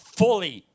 fully